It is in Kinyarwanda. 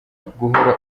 guhora